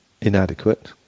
inadequate